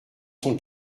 son